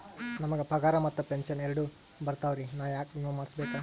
ನಮ್ ಗ ಪಗಾರ ಮತ್ತ ಪೆಂಶನ್ ಎರಡೂ ಬರ್ತಾವರಿ, ನಾ ಯಾಕ ವಿಮಾ ಮಾಡಸ್ಬೇಕ?